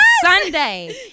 Sunday